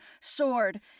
sword